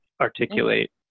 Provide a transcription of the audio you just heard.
articulate